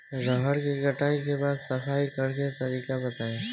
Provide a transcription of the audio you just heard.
रहर के कटाई के बाद सफाई करेके तरीका बताइ?